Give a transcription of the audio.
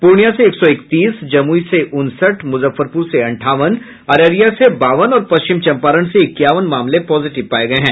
पूर्णिया से एक सौ इकतीस जमुई से उनसठ मुजफ्फरपुर से अंठावन अररिया से बावन और पश्चिम चंपारण से इक्यावन मामले पॉजिटिव पाये गये हैं